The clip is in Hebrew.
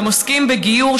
והם עוסקים בגיור,